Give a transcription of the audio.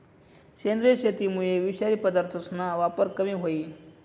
सेंद्रिय शेतीमुये विषारी पदार्थसना वापर कमी व्हयी